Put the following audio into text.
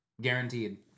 Guaranteed